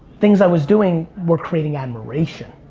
things i was doing were creating admiration,